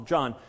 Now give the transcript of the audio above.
John